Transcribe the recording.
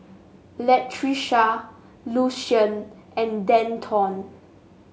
Latricia Lucien and Denton